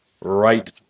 right